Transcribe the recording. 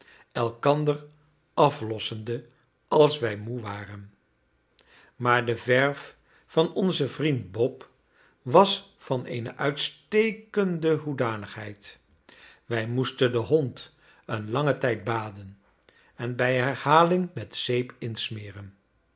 elkander aflossende als wij moe waren maar de verf van onzen vriend bob was van eene uitstekende hoedanigheid wij moesten den hond een langen tijd baden en bij herhaling met zeep insmeren